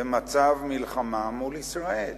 במצב מלחמה מול ישראל.